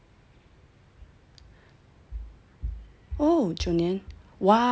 oh !wow!